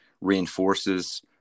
reinforces